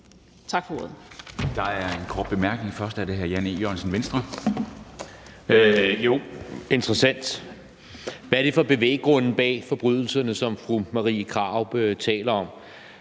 Tak for ordet.